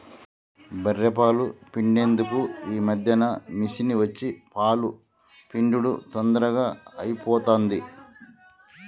బఱ్ఱె పాలు పిండేందుకు ఈ మధ్యన మిషిని వచ్చి పాలు పిండుడు తొందరగా అయిపోతాంది